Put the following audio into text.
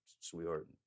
Sweetheart